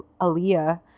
Aaliyah